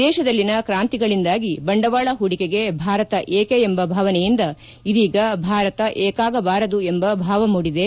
ದೇಶದಲ್ಲಿನ ಕ್ರಾಂತಿಗಳಿಂದಾಗಿ ಬಂಡವಾಳ ಹೂಡಿಕೆಗೆ ಭಾರತ ಏಕೆ ಎಂಬ ಭಾವನೆಯಿಂದ ಇದೀಗ ಭಾರತ ಏಕಾಗಬಾರದ ಎಂಬ ಭಾವ ಮೂಡಿದೆ